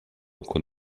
con